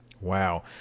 Wow